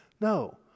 No